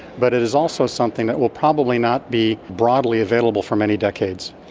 but it is also something that will probably not be broadly available for many decades.